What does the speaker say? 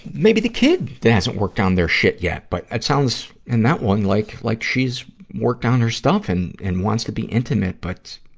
maybe the kid that hasn't worked on their shit yet. but it sounds, in that one, like, like she's worked on her stuff and, and wants to be intimate. but,